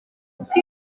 uko